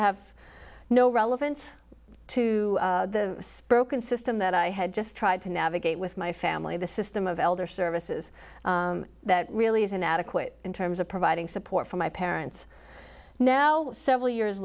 have no relevance to the spoken system that i had just tried to navigate with my family the system of elder services that really isn't adequate in terms of providing support for my parents know several years